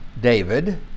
David